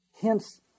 Hence